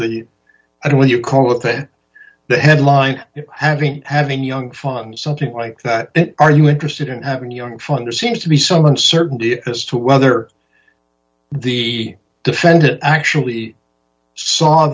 had what you call it that the headline having having young fun something like that are you interested in having young funder seems to be some uncertainty as to whether the defendant actually saw